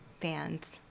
fans